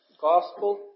gospel